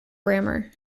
grammar